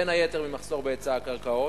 בין היתר, של מחסור בהיצע הקרקעות.